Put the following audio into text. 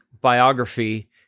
biography